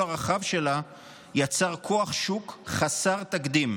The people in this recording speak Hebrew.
הרחב שלה יצר כוח שוק חסר תקדים".